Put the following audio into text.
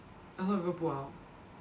a lot of people pull out